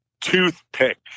toothpick